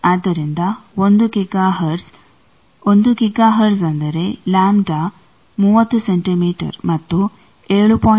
ಆದ್ದರಿಂದ 1ಗಿಗಾ hertz 1ಗಿಗಾ hertz ಅಂದರೆ lambda 30 centimetre ಮತ್ತು 7